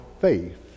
faith